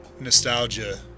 nostalgia